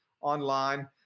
online